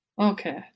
Okay